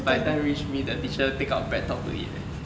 by the time reach me the teacher take out Breadtalk to eat leh